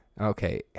okay